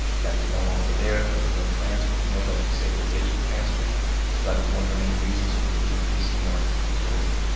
that is no longer there. there are no transfers, no budget stabilization transfers, so that is one of the main reasons for the decrease in the electric utility.